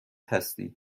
هستی